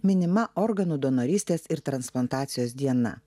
minima organų donorystės ir transplantacijos diena